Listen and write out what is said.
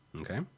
Okay